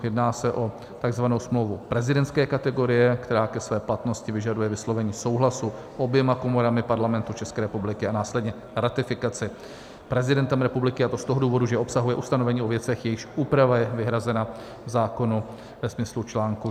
Jedná se o tzv. smlouvu prezidentské kategorie, která ke své platnosti vyžaduje vyslovení souhlasu oběma komorami Parlamentu ČR a následně ratifikaci prezidentem republiky, a to z toho důvodu, že obsahuje ustanovení o věcech, jejichž úprava je vyhrazena zákonu ve smyslu článku 49 písm.